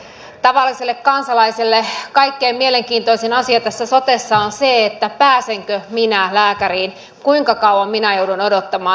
tavalliselle kansalaiselle kaikkein mielenkiintoisin asia tässä sotessa on se pääsenkö minä lääkäriin kuinka kauan minä joudun odottamaan